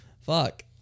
Fuck